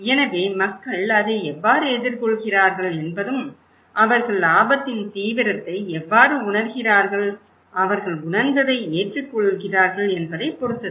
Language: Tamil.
எனவே மக்கள் அதை எவ்வாறு எதிர்கொள்கிறார்கள் என்பதும் அவர்கள் ஆபத்தின் தீவிரத்தை எவ்வாறு உணர்கிறார்கள் அவர்கள் உணர்ந்ததை ஏற்றுக்கொள்கிறார்கள் என்பதைப் பொறுத்தது